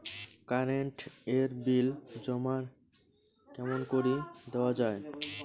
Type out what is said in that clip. Current এর bill জমা কেমন করি দেওয়া যায়?